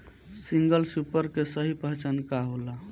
Single super के सही पहचान का होला?